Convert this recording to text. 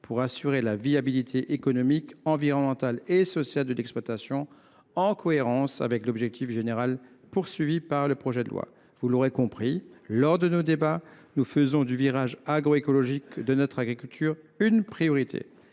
pour assurer la viabilité économique, environnementale et sociale de l’exploitation, en cohérence avec l’objectif général du projet de loi. Mes chers collègues, vous l’aurez compris, nous faisons du virage agroécologique de notre agriculture une priorité.